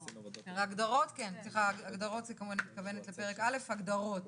הגדרות, זה מה שאני מתכוונת בפרק א', הגדרות.